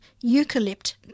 eucalypt